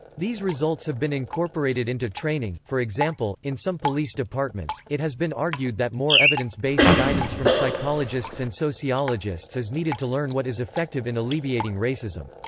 these results have been incorporated into training, for example, in some police departments it has been argued that more evidence-based guidance from psychologists and sociologists is needed to learn what is effective in alleviating racism.